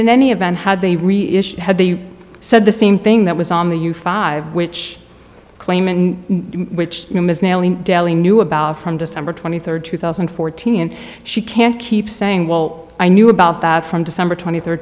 in any event had they had they said the same thing that was on the you five which claimant which is now in delhi knew about from december twenty third two thousand and fourteen and she can't keep saying well i knew about that from december twenty thir